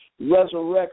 resurrection